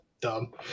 dumb